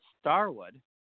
Starwood